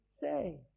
say